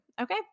Okay